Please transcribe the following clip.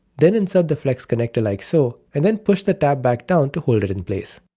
then insert the flex connector like so and then push the tab back down to hold it in place.